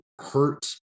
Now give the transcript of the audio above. hurt